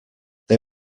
they